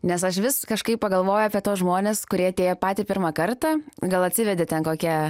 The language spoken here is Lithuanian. nes aš vis kažkaip pagalvoju apie tuos žmones kurie atėję patį pirmą kartą gal atsivedė ten kokią